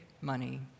money